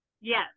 Yes